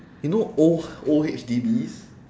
you know old h~ old H_D_Bs